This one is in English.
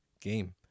game